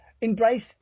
Embrace